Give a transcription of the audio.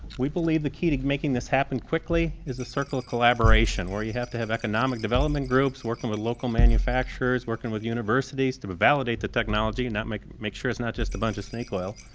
we believe the key to making this happen quickly is the circle of collaboration where you have to have economic development groups working with local manufacturers, working with universities to but validate the technology and make make sure it's not just a bunch of snake oil,